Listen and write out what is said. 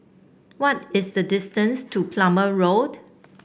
what is the distance to Plumer Road